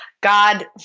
God